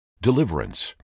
deliverance